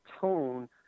tone